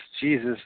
Jesus